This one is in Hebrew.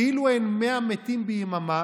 כאילו אין 100 מתים ביממה,